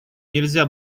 нельзя